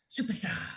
superstar